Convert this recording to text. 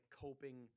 coping